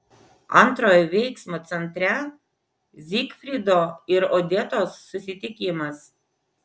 antrojo veiksmo centre zygfrido ir odetos susitikimas